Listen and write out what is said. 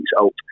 out